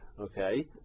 Okay